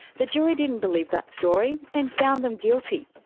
the jury didn't believe that story. and found them guilty.